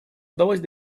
удалось